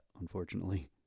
unfortunately